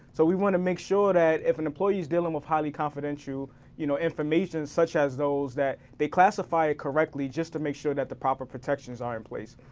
so we wanna make sure that if an employee's dealing with highly confidential you know information such as those that they classify it correctly just to make sure that the proper protections are in place.